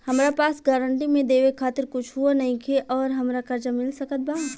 हमरा पास गारंटी मे देवे खातिर कुछूओ नईखे और हमरा कर्जा मिल सकत बा?